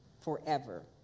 Forever